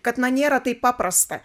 kad na nėra taip paprasta